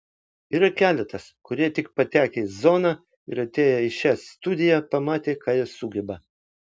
yra keletas kurie tik patekę į zoną ir atėję į šią studiją pamatė ką jie sugeba